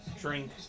drink